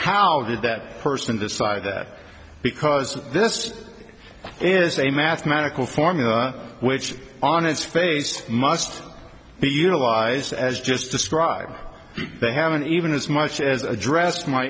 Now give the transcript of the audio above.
how did that person decide that because this is a mathematical formula which on its face must be utilized as just described they haven't even as much as addressed my